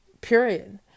Period